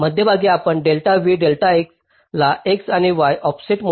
मध्यभागी आपण delta v delta x ला x आणि y ऑफसेट म्हणून मोजत आहोत